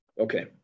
Okay